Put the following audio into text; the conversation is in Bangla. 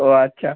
ও আচ্ছা